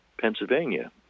Pennsylvania